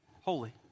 holy